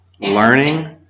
Learning